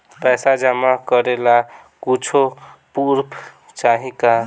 पैसा जमा करे ला कुछु पूर्फ चाहि का?